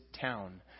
town